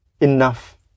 enough